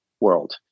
world